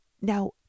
Now